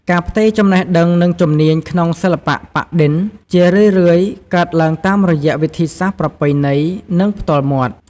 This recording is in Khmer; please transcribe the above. ការផ្ទេរចំណេះដឹង និងជំនាញក្នុងសិល្បៈប៉ាក់-ឌិន ជារឿយៗកើតឡើងតាមរយៈវិធីសាស្ត្រប្រពៃណី និងផ្ទាល់មាត់។